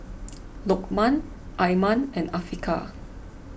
Lokman Iman and Afiqah